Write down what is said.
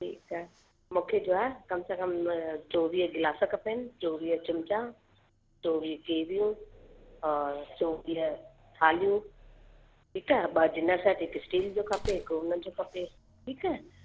ठीकु आहे मूंखे जो आहे कम से कम चोवीह ग्लास खपेनि चोवीह चिमचा चोवीह केवियूं औरि चोवीह थालियूं ठीकु आहे ॿ डिनर सैट हिक स्टील जो खपे हिक हुन जो खपे ठीकु आहे